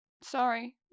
Sorry